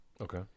okay